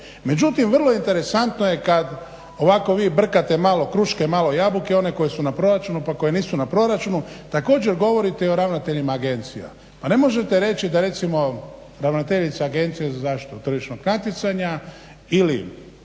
Međutim, vrlo interesantno je kad ovako vi brkate malo kruške, malo jabuke one koje su na proračunu, pa koje nisu na proračunu. Također govorite i o ravnateljima agencija. Pa ne možete reći da recimo ravnateljica Agencije za zaštitu tržišnog natjecanja ili